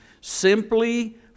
simply